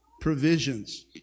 provisions